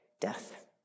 death